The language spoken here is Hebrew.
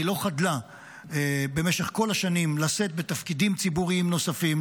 היא לא חדלה במשך כל השנים לשאת בתפקידים ציבוריים נוספים,